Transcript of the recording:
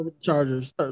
Chargers